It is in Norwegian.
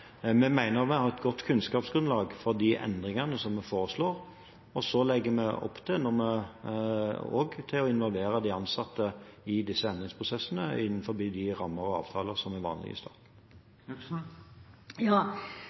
Vi mener vi har et godt kunnskapsgrunnlag for de endringene vi foreslår, og så legger vi også opp til å involvere de ansatte i disse endringsprosessene innenfor de rammer og avtaler som er vanlige i